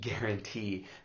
guarantee